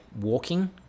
walking